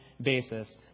basis